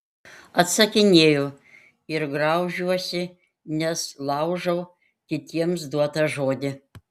atsakinėju ir graužiuosi nes laužau kitiems duotą žodį